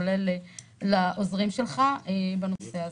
כולל לעוזרים שלך בנושא הזה.